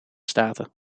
staten